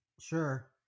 Sure